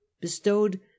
bestowed